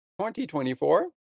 2024